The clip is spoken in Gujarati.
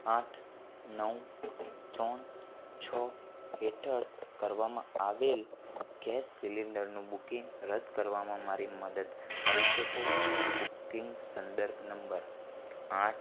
આઠ નવ ત્રણ છ હેઠળ કરવામાં આવેલ ગેસ સીલિન્ડરનું બુકિંગ રદ કરવામાં મારી મદદ કરી શકો બુકિંગ સંદર્ભ નંબર આઠ